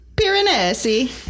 Piranesi